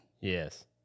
Yes